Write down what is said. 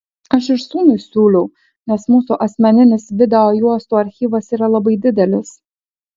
aš ir sūnui siūliau nes mūsų asmeninis video juostų archyvas yra labai didelis